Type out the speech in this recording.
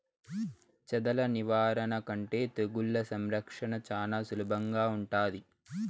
చెదల నివారణ కంటే తెగుళ్ల సంరక్షణ చానా సులభంగా ఉంటాది